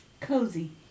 Cozy